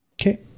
Okay